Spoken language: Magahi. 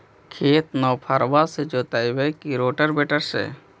खेत नौफरबा से जोतइबै की रोटावेटर से?